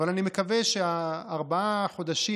אבל אני מקווה שארבעה חודשים,